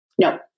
No